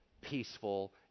peaceful